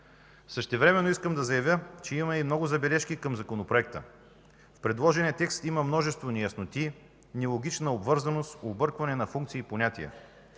Същевременно искам да заявя, че имаме и много забележки към Законопроекта. В предложения текст има множество неясноти, нелогична обвързаност, объркване на функции и понятия.